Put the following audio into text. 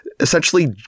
Essentially